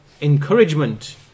encouragement